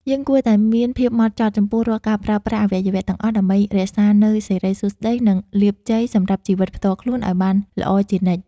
យើងគួរតែមានភាពហ្មត់ចត់ចំពោះរាល់ការប្រើប្រាស់អវយវៈទាំងអស់ដើម្បីរក្សានូវសិរីសួស្តី និង លាភជ័យសម្រាប់ជីវិតផ្ទាល់ខ្លួនឱ្យបានល្អជានិច្ច។